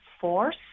force